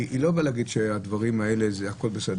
לא בא להגיד שכל הדברים האלה בסדר,